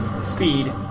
speed